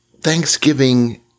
Thanksgiving